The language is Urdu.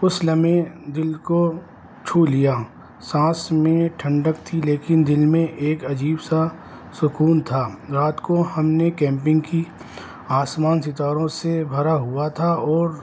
اس لمحے دل کو چھو لیا سانس میں ٹھنڈک تھی لیکن دل میں ایک عجیب سا سکون تھا رات کو ہم نے کیمپنگ کی آسمان ستاروں سے بھرا ہوا تھا اور